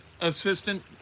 assistant